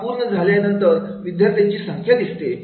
काम पूर्ण केलेल्या विद्यार्थ्यांची संख्या दिसते